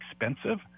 expensive